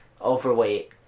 overweight